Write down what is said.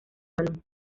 balón